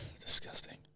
Disgusting